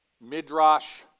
Midrash